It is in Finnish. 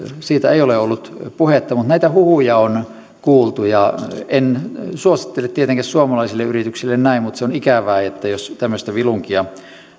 siitä ei ole ollut puhetta mutta näitä huhuja on kuultu en suosittele tietenkään suomalaisille yrityksille tätä mutta se on ikävää jos tämmöistä filunkia